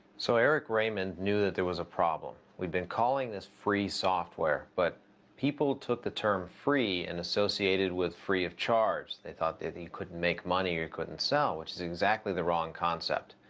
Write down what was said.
so eric raymond knew there was a problem. we'd been calling this free software, but people took the term free and associated with free of charge, they thought they they couldn't make money or couldn't sell, which is exactly the wrong concept.